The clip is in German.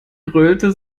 grölte